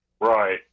Right